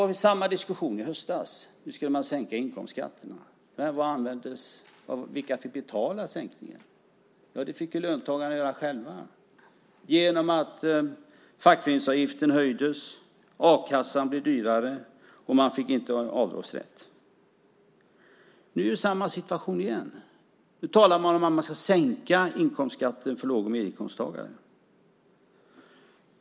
Det var samma diskussion i höstas när man skulle sänka inkomstskatterna. Vilka fick betala sänkningen? Det fick löntagarna göra själva genom att fackföreningsavgiften höjdes och a-kassan blev dyrare och att man inte fick avdragsrätt. Nu är det samma situation igen. Nu talar man om att man ska sänka inkomstskatter för låg och medelinkomsttagare.